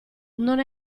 non